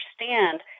understand